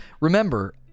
remember